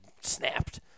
snapped